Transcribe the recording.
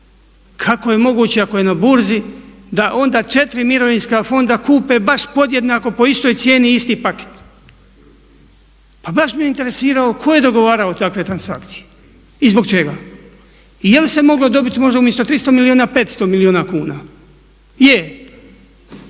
Kako je moguće ako je na burzi da onda četiri mirovinska fonda kupe baš podjednako po istoj cijeni isti paket. Pa baš me interesiralo tko je dogovarao takve transakcije i zbog čega? I jel' se moglo dobiti možda umjesto 300 milijuna 500 milijuna kuna? Je.